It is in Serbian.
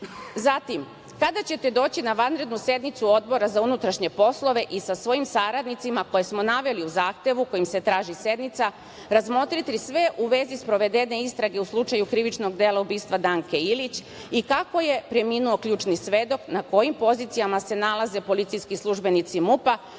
kada ćete doći na vanrednu sednicu Odbora za unutrašnje poslove i sa svojim saradnicima koje smo naveli u zahtevu kojim se traži sednica, razmotriti sve u vezi sprovedene istrage u slučaju krivičnog dela ubistva Danke Ilić i kako je preminuo ključni svedok, na kojim pozicijama se nalaze policijski službenici MUP-a